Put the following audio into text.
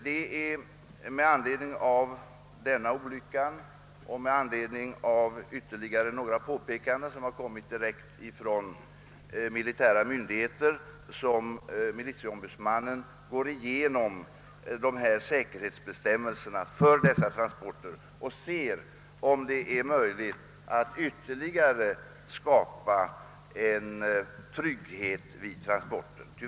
Det är med anledning av den olycka som herr Wikner nämnde samt ytterligare några påpekanden som gjorts direkt från militära myndigheter som militieombudsmannen nu går igenom säkerhetsbestämmelserna och undersöker om det är möjligt att skapa ytterligare trygghet vid transporterna med lastbil.